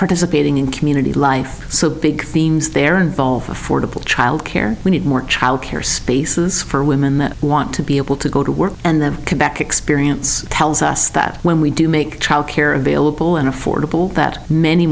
participating in community life so big themes there involve affordable child care we need more child care spaces for women that want to be able to go to work and then come back experience tells us that when we do make childcare available and affordable that many